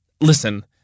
listen